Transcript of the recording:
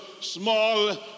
small